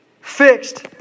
fixed